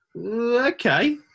okay